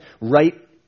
right